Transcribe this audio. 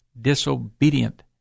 disobedient